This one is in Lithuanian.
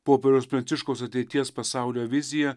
popiežiaus pranciškaus ateities pasaulio vizija